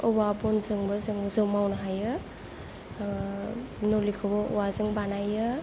औवा बनजोंबो जों जौ मावनो हायो न'लिखौबो औवाजों बानायो